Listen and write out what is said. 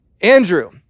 Andrew